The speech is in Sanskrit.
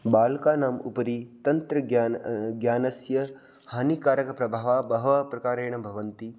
बालकानाम् उपरि तन्त्रज्ञान् ज्ञानस्य हानिकारकप्रभावः बहवः प्रकारेण भवन्ति